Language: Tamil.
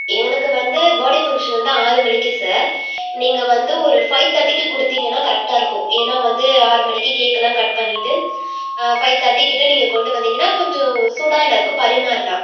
எனக்கு வந்து பர்த் டே ஃபங்ஷன் வந்து ஆறு மணிக்கு சார் நீங்கள் வந்து ஒரு ஃபைவ் தேர்ட்டிக்கு கொடுத்திங்கன்னா கரெக்டாக இருக்கும் ஏன்னால் வந்து ஆறு மணிக்கு கேக்கெல்லாம் கட் பண்ணிவிட்டு ஃபைவ் தேர்ட்டி கிட்டே நீங்கள் கொண்டு வந்திங்கன்னால் கொஞ்சம் சூடாக எல்லாேருக்கும் பரிமாறலாம்